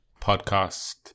podcast